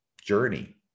journey